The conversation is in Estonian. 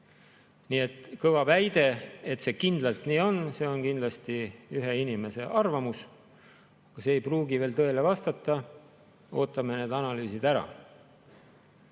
Nii et kõva väide, et see kindlalt nii on, on kindlasti ühe inimese arvamus, aga see ei pruugi veel tõele vastata, ootame need analüüsid ära.